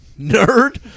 nerd